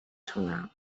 تونم